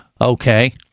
Okay